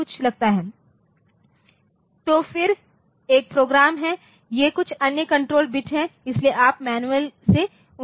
तो फिर एक प्रोग्राम है ये कुछ अन्य कण्ट्रोलबिट हैं इसलिए आप मैनुअल से उनके अर्थ का पता लगा सकते हैं